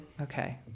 Okay